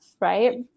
right